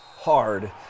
hard